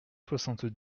soixante